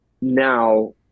Now